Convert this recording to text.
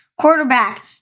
quarterback